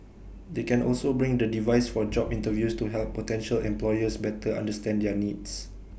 they can also bring the device for job interviews to help potential employers better understand their needs